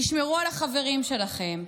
תשמרו על החברים שלכם.